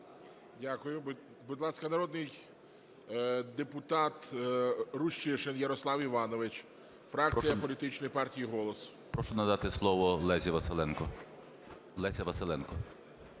Дякую. Будь ласка, народний депутат Рущишин Ярослав Іванович, фракція Політичної партії "Голос". 10:40:31 РУЩИШИН Я.І. Прошу надати слово Лесі Василенко.